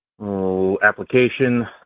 application